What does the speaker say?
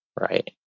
right